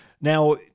now